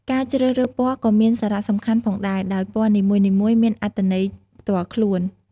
ការជ្រើសរើសពណ៌ក៏មានសារៈសំខាន់ផងដែរ ដោយពណ៌នីមួយៗមានអត្ថន័យផ្ទាល់ខ្លួន។